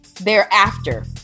thereafter